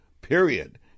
Period